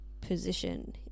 position